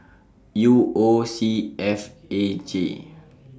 U O C F A J